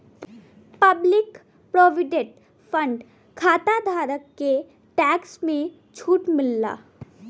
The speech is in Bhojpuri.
पब्लिक प्रोविडेंट फण्ड खाताधारक के टैक्स में छूट मिलला